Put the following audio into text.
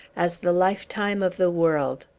as the lifetime of the world!